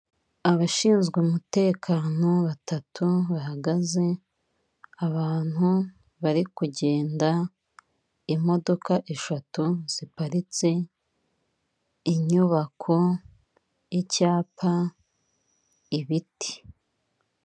Abashinzwe umutekano batatu bahagaze, abantu bari kugenda, imodoka eshatu ziparitse, inyubako, icyapa, ibiti.